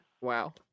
Wow